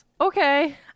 Okay